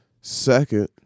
Second